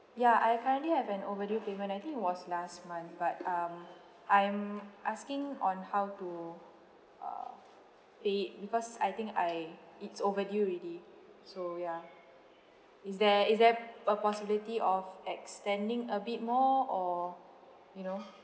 ya I currently have an overdue payment I think it was last month but um I am asking on how to uh pay it because I think I it's overdue already so ya is there is there a possibility of extending a bit more or you know